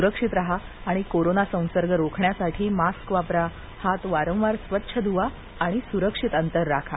सुक्षित राहा आणि कोरोना संसर्ग रोखण्यासाठी मास्क वापरा हात वारंवार स्वच्छ धुवा आणि सुरक्षित अंतर राखा